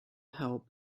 help